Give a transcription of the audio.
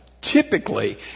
Typically